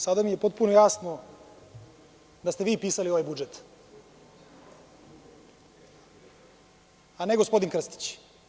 Sada mi je potpuno jasno da ste vi pisali ovaj budžet, a ne gospodin Krstić.